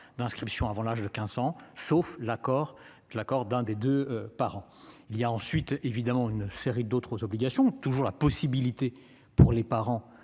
d'inscription avant l'âge de 15 ans sauf l'accord, l'accord d'un des 2 parents il y a ensuite évidemment une série d'autres obligations toujours la possibilité pour les parents